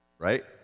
Right